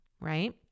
right